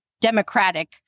democratic